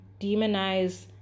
demonize